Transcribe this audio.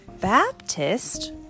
Baptist